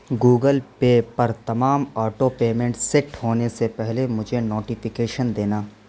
Google Pay پر تمام auto payment set ہونے سے پہلے مجھے نوٹیفیکیشن دینا